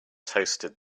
toasted